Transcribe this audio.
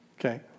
Okay